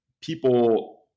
people